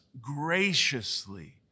graciously